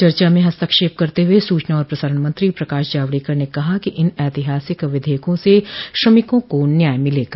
चर्चा में हस्तक्षेप करते हुए सूचना और प्रसारण मंत्री प्रकाश जावड़ेकर ने कहा कि इन ऐतिहासिक विधेयकों से श्रमिकों को न्याय मिलेगा